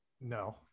No